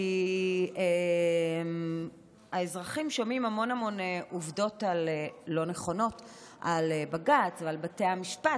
כי האזרחים שומעים המון המון עובדות לא נכונות על בג"ץ ועל בתי המשפט,